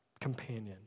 companion